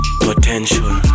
Potential